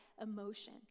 emotion